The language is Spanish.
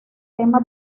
tema